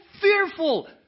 fearful